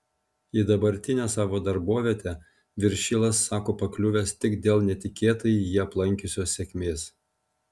į dabartinę savo darbovietę viršilas sako pakliuvęs tik dėl netikėtai jį aplankiusios sėkmės